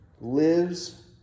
lives